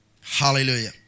Hallelujah